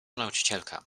nauczycielka